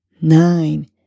nine